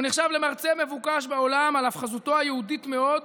הוא נחשב למרצה מבוקש בעולם על אף חזותו היהודית מאוד,